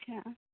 हाँ